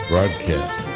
Broadcast